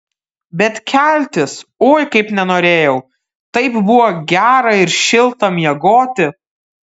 bet keltis oi kaip nenorėjau taip buvo gera ir šilta miegoti